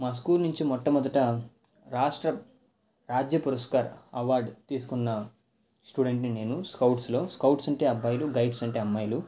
మా స్కూల్ నుంచి మొట్టమొదట రాష్ట్ర రాజ్య పురస్కార్ అవార్డ్ తీసుకున్న స్టూడెంట్ని నేను స్కౌట్స్లో స్కౌట్స్ అంటే అబ్బాయిలు గైడ్స్ అంటే అమ్మాయిలు